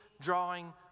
drawing